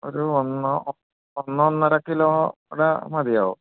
ഒരു ഒന്നോ ഒന്നൊന്നര കിലോയുടെ മതിയാവും